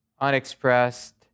unexpressed